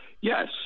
yes